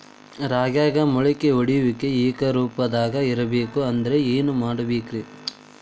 ರಾಗ್ಯಾಗ ಮೊಳಕೆ ಒಡೆಯುವಿಕೆ ಏಕರೂಪದಾಗ ಇರಬೇಕ ಅಂದ್ರ ಏನು ಮಾಡಬೇಕ್ರಿ?